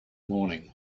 morning